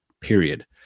period